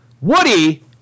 Woody